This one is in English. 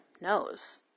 knows